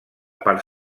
part